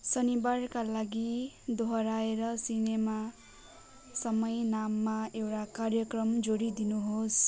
शनिवारका लागि दोहोऱ्याएर सिनेमा समय नाममा एउटा कार्यक्रम जोडिदिनु होस्